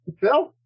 Phil